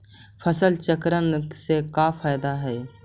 फसल चक्रण से का फ़ायदा हई?